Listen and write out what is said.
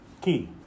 key